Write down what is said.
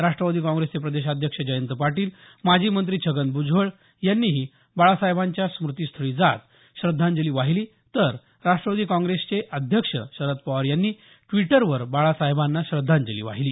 राष्ट्रवादी काँग्रेसचे प्रदेशाध्यक्ष जयंत पाटील माजी मंत्री छगन भुजबळ यांनीही बाळासाहेबांच्या स्मुतीस्थळी जात श्रद्धांजली वाहिली तर राष्ट्रवादी काँग्रेसचे अध्यक्ष शरद पवार यांनी व्टिटरवर बाळासाहेबांना श्रद्धाजली वाहिली